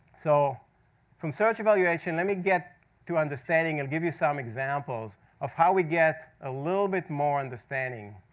so from such evaluation, let me get to understanding and give you some examples of how we get a little bit more understanding.